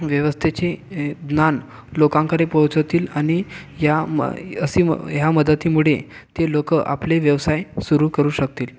व्यवस्थेचे ज्ञान लोकांकडे पोहोचवतील आणि या अशी या मदतीमुळे ते लोकं आपले व्यवसाय सुरू करू शकतील